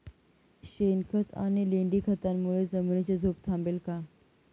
शेणखत आणि लेंडी खतांमुळे जमिनीची धूप थांबेल का?